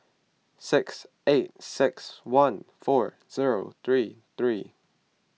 six eight six one four zero three three